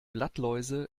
blattläuse